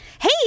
Hey